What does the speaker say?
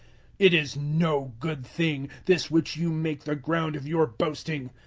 it is no good thing this which you make the ground of your boasting.